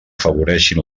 afavoreixin